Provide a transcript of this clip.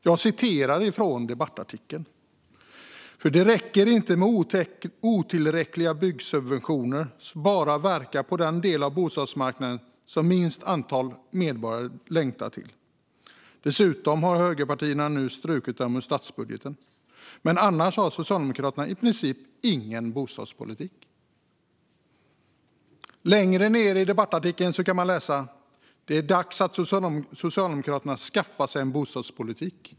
Jag citerar ur debattartikeln: "För det räcker inte med otillräckliga byggsubventioner som bara verkar på den del av bostadsmarknaden som minst antal medborgare längtar till. Men annars har Socialdemokraterna i princip ingen bostadspolitik." I samma debattartikel kan man läsa att det är "dags för S att skaffa sig en bostadspolitik".